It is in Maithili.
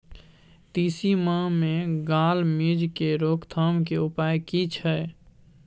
तिसी मे गाल मिज़ के रोकथाम के उपाय की छै?